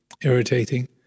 irritating